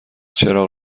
چراغ